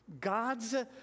God's